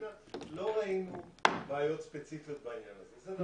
לא ראינו בעיות ספציפיות בעניין הזה.